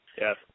Yes